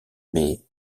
mais